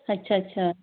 ਅੱਛਾ ਅੱਛਾ